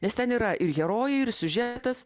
nes ten yra ir herojai ir siužetas